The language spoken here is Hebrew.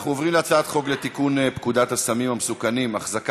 אנחנו עוברים להצעת חוק לתיקון פקודת הסמים המסוכנים (החזקה